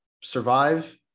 survive